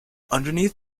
underneath